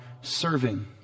serving